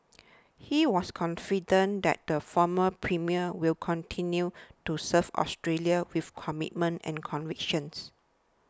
he was confident that the former premier will continue to serve Australia with commitment and convictions